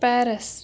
Paris